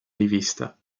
rivista